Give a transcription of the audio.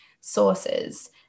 sources